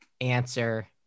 answer